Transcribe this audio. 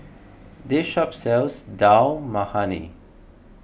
this shop sells Dal Makhani